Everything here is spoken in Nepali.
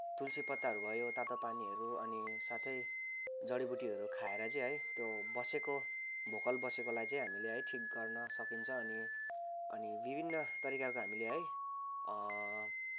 तुलसी पत्ताहरू भयो तातो पानीहरू अनि साथै जडीबुटीहरू खाएर चाहिँ है त्यो बसेको भोकल बसेकोलाई चाहिँ हामीले है ठिक गर्न सकिन्छ अनि अनि विभिन्न तरिकाको हामीले है